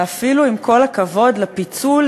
ואפילו עם כל הכבוד לפיצול,